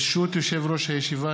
ברשות יושב-ראש הישיבה,